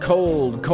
Cold